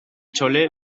chole